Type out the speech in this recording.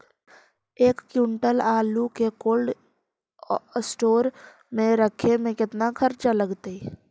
एक क्विंटल आलू के कोल्ड अस्टोर मे रखे मे केतना खरचा लगतइ?